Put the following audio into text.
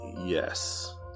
Yes